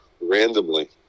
randomly